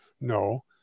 No